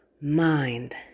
mind